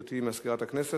גברתי מזכירת הכנסת,